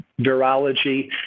virology